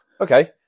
okay